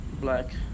Black